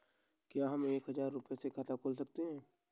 क्या हम एक हजार रुपये से खाता खोल सकते हैं?